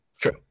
True